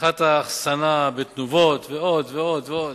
סככת אחסנה בתנובות ועוד ועוד.